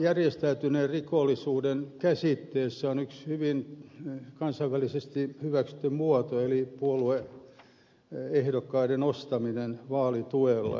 järjestäytyneen rikollisuuden käsitteessä on yksi hyvin kansainvälisesti hyväksytty muoto eli puolue ehdokkaiden ostaminen vaalituella